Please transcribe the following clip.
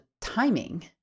timing